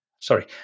sorry